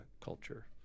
culture